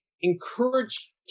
encourage